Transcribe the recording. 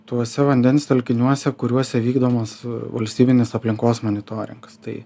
tuose vandens telkiniuose kuriuose vykdomas valstybinis aplinkos monitoringas tai